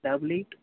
double eight